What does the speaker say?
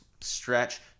stretch